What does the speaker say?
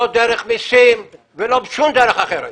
לא דרך מסים ולא בשום דרך אחרת.